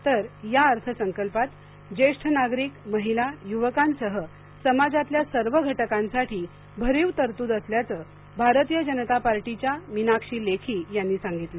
तर या अर्थ संकल्पात ज्येष्ठ नागरिक महिला युवकांसह समाजातल्या सर्व घटकांसाठी भरीव तरतूद असल्याचं भारतीय जनता पार्टीच्या मीनाक्षी लेखी यांनी सांगितलं